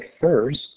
first